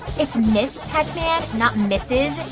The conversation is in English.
it's miss pacman, not misses. and